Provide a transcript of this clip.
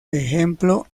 ejemplo